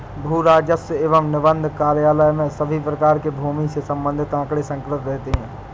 भू राजस्व एवं निबंधन कार्यालय में सभी प्रकार के भूमि से संबंधित आंकड़े संकलित रहते हैं